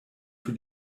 für